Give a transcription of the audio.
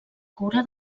cura